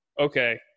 okay